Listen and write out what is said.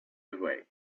away